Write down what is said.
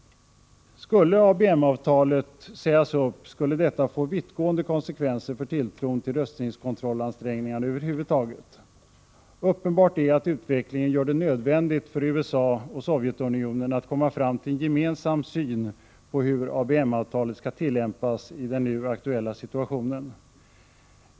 Skulle ABM-avtalet sägas upp, skulle detta kunna få vittgående konsekvenser för tilltron till rustningskontrollansträngningarna över huvud taget. Uppenbart är att utvecklingen gör det nödvändigt för USA och Sovjetunionen att komma fram till en gemensam syn på hur ABM-avtalet skall tillämpas i den nu aktuella situationen.